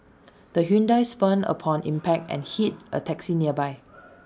the Hyundai spun upon impact and hit A taxi nearby